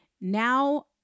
Now